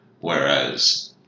Whereas